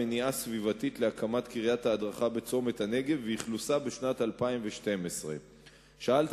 מניעה סביבתית להקמת קריית ההדרכה בצומת הנגב ולאכלוסה בשנת 2012. שאלת